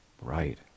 Right